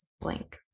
blank